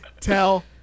tell